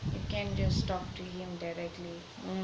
you can just talk to him directly